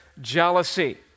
jealousy